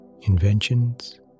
inventions